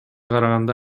караганда